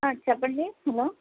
చెప్పండి హలో